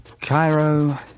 Cairo